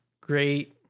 great